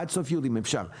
עד סוף יולי אם אפשר.